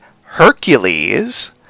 Hercules